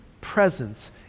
presence